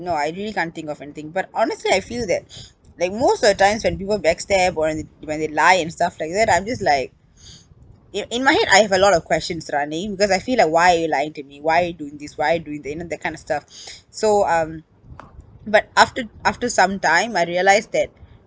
no I really can't think of anything but honestly I feel that like most of the times when people backstab or any~ when they lie and stuff like that I'm just like in in my head I have a lot of questions running because I feel like why are you lying to me why are you doing this why are you doing it you know that kind of stuff so um but afte~ after some time I realised that